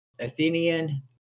Athenian